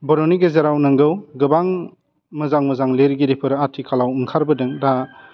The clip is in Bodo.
बर'नि गेजेराव नोंगौ गोबां मोजां मोजां लिरगिरिफोर आथिखालाव ओंखारबोदों दा